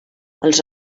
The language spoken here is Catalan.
els